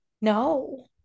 No